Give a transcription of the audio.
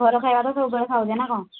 ଘର ଖାଇବା ତ ସବୁବେଳେ ଖାଉଛେ ନା କ'ଣ